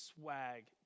swag